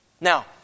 Now